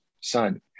son